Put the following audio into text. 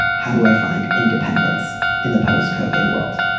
how do i find independence in the post kofod world?